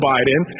Biden